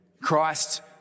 Christ